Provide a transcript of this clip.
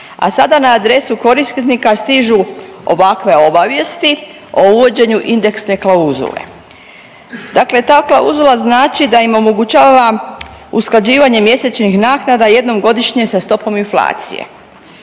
a sada na adresu korisnika stižu ovakve obavijesti o uvođenju indeksne klauzule. Dakle ta klauzula znači da im omogućava usklađivanje mjesečnih naknada jednom godišnje sa stopom inflacije.